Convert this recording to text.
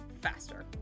faster